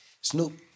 Snoop